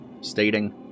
stating